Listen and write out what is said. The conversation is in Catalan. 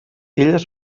illes